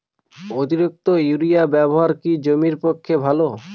অতিরিক্ত ইউরিয়া ব্যবহার কি জমির পক্ষে ভালো?